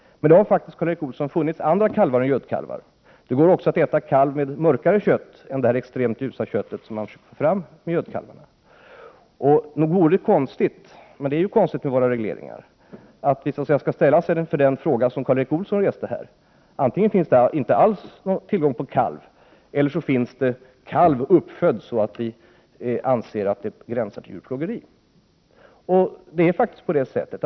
Men det har faktiskt, Karl Erik Olsson, funnits andra kalvar än gödkalvar. Det går även att äta kalv med mörkare kött än det extremt ljusa kött som man får från gödkalvarna. Nog vore det konstigt, men våra regleringar är ju konstiga, om vi skulle behöva ställas inför den fråga som Karl Erik Olsson reste här. Antingen finns det inte alls tillgång på kalv eller också finns det kalv uppfödd på ett sådant sätt att vi anser att det gränsar till djurplågeri.